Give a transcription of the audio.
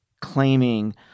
claiming